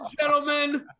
gentlemen